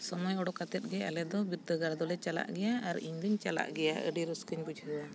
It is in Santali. ᱥᱚᱢᱚᱭ ᱚᱰᱚᱠ ᱠᱟᱛᱮᱜ ᱜᱮ ᱟᱞᱮ ᱫᱚ ᱵᱤᱨᱫᱟᱹᱜᱟᱲ ᱫᱚᱞᱮ ᱪᱟᱞᱟᱜ ᱜᱮᱭᱟ ᱟᱨ ᱤᱧ ᱫᱩᱧ ᱪᱟᱞᱟᱜ ᱜᱮᱭᱟ ᱟᱹᱰᱤ ᱨᱟᱹᱥᱠᱟᱹᱧ ᱵᱩᱡᱷᱟᱹᱣᱟ